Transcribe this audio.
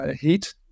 heat